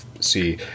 see